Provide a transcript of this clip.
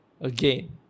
again